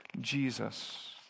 Jesus